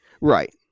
Right